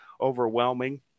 overwhelming